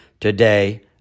today